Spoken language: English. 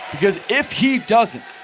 because if he doesnt,